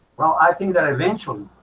well i think that eventually